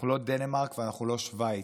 אנחנו לא דנמרק ואנחנו לא שווייץ.